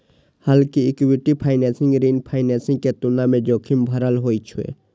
हालांकि equity financing ऋण financing के तुलना मे जोखिम भरल होइ छै